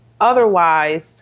otherwise